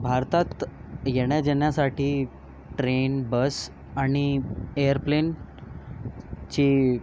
भारतात येण्याजाण्यासाठी train bus आणि एअरप्लेनची